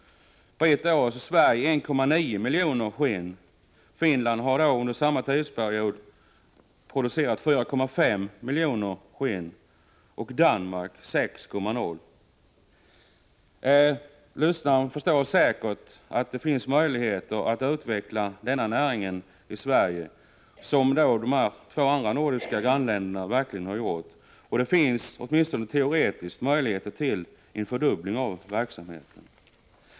På ett år producerar Sverige 1,9 miljoner skinn, Finland 4,5 miljoner och Danmark 6 miljoner. Lyssnaren förstår säkerligen att det finns möjligheter att utveckla denna näring på samma sätt i Sverige som skett i dessa båda nordiska grannländer. Det finns, åtminstone teoretiskt, möjligheter till en fördubbling av verksamheten.